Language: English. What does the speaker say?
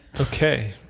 Okay